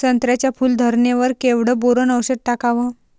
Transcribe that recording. संत्र्याच्या फूल धरणे वर केवढं बोरोंन औषध टाकावं?